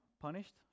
punished